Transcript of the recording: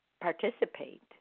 participate